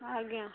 ଆଜ୍ଞା